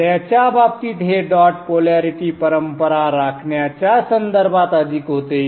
निळ्याच्या बाबतीत हे dot polarity परंपरा राखण्याच्या संदर्भात अधिक होते